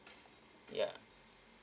ya